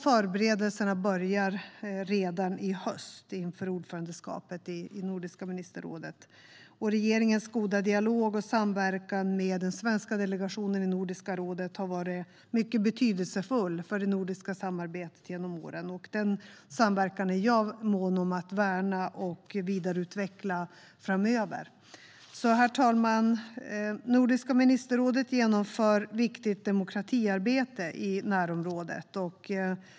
Förberedelserna inför ordförandeskapet i Nordiska ministerrådet börjar redan i höst. Regeringens goda dialog och samverkan med den svenska delegationen i Nordiska rådet har varit mycket betydelsefull för det nordiska samarbetet genom åren. Denna samverkan är jag mån om att värna och vidareutveckla framöver. Herr talman! Nordiska ministerrådet genomför viktigt demokratiarbete i närområdet.